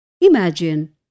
Imagine